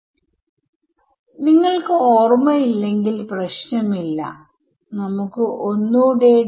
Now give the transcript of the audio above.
ഈ ട്രയൽ ഫോംഒരു വേവ് സൊല്യൂഷനും നോൺ വേവ് സൊല്യൂഷനുംനൽകാൻ പര്യാപ്തമായിരിക്കണം